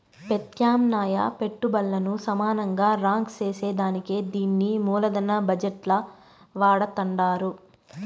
పెత్యామ్నాయ పెట్టుబల్లను సమానంగా రాంక్ సేసేదానికే దీన్ని మూలదన బజెట్ ల వాడతండారు